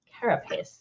carapace